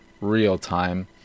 real-time